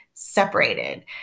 Separated